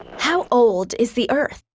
how old is the earth?